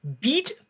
beat